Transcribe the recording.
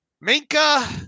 Minka